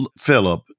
philip